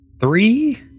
three